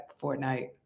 Fortnite